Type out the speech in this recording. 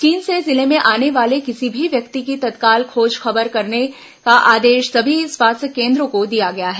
चीन से जिले में आने वाले किसी भी व्यक्ति की तत्काल खोज खबर करने का आदेश सभी स्वास्थ्य केंद्रों को दिया गया है